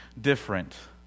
different